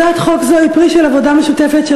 הצעת חוק זו היא פרי של עבודה משותפת של